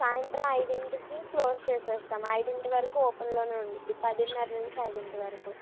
సాయంత్రం ఐదింటికి క్లోస్ చేసేస్తాము ఐదింటి వరకు ఓపెన్లోనే ఉంటుంది పదిన్నర నుంచి ఐదింటి వరకు